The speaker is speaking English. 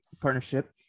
partnership